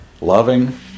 Loving